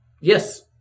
Yes